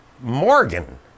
Morgan